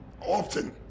often